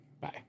Bye